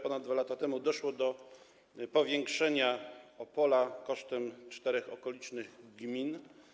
Ponad 2 lata temu doszło do powiększenia Opola kosztem czterech okolicznych gmin.